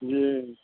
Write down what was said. जी